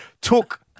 took